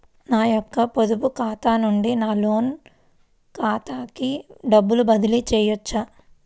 నా యొక్క పొదుపు ఖాతా నుండి నా లోన్ ఖాతాకి డబ్బులు బదిలీ చేయవచ్చా?